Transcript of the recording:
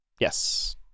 Yes